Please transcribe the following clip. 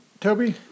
Toby